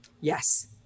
Yes